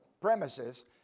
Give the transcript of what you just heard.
premises